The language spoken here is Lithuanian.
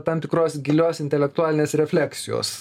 tam tikros gilios intelektualinės refleksijos